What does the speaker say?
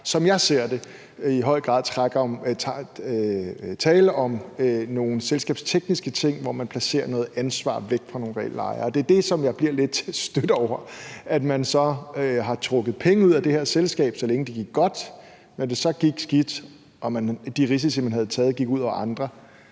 som jeg ser det, i høj grad er tale om nogle selskabstekniske ting, hvor man placerer noget ansvar væk fra nogle reelle ejere. Det er det, som jeg bliver lidt stødt over: at man så havde trukket penge ud af det her selskab, så længe det gik godt, og når det så gik skidt og de risici, man havde taget, gik ud over andre,